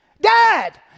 dad